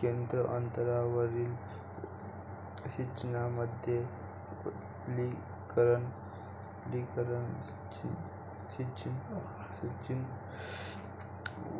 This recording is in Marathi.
केंद्र अंतरावरील सिंचनामध्ये, स्प्रिंकलर सिंचन